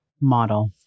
model